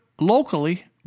locally